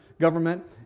government